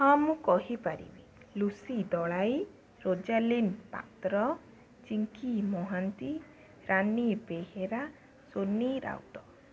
ହଁ ମୁଁ କହିପାରିବି ଲୁସି ଦଳାଇ ରୋଜାଲିନ ପାତ୍ର ଚିଙ୍କି ମହାନ୍ତି ରାନୀ ବେହେରା ସୋନି ରାଉତ